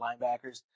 linebackers